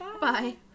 Bye